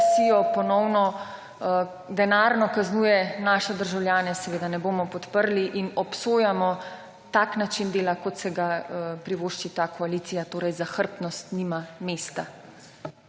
represijo, ponovno denarno kaznuje naše državljane, seveda ne bomo podprli. In obsojamo tak način dela, kot si ga privošči ta koalicija, torej zahrbtnost nima mesta.